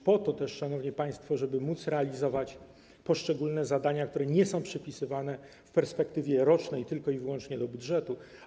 Również po to, szanowni państwo, żeby móc realizować poszczególne zadania, które nie są przypisywane w perspektywie rocznej wyłącznie do budżetu.